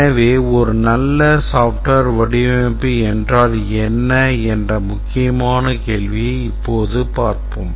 எனவே ஒரு நல்ல software வடிவமைப்பு என்றால் என்ன என்ற முக்கியமான கேள்வியை இப்போது பார்ப்போம்